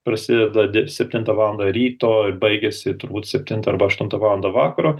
prasideda del septintą valandą ryto ir baigiasi turbūt septintą arba aštuntą valandą vakaro